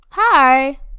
Hi